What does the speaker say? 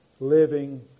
living